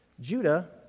Judah